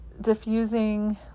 diffusing